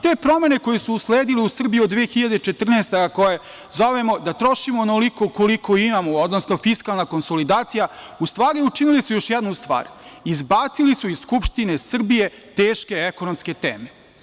Te promene koje su usledile u Srbiji od 2014. godine, a koje zovemo da trošimo onoliko koliko imamo, odnosno fiskalna konsolidacija, u stvari učinili su još jednu stvar – izbacili su iz Skupštine Srbije teške ekonomske teme.